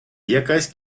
якась